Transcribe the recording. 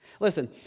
Listen